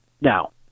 Now